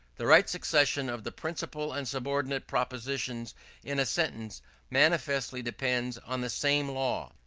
the right succession of the principal and subordinate propositions in a sentence manifestly depends on the same law.